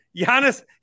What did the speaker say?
Giannis